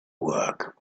work